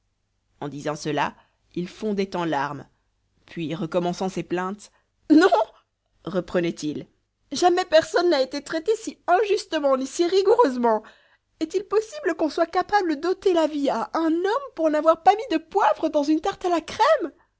en disant cela il fondait en larmes puis recommençant ses plaintes non reprenait-il jamais personne n'a été traité si injustement ni si rigoureusement est-il possible qu'on soit capable d'ôter la vie à un homme pour n'avoir pas mis de poivre dans une tarte à la crème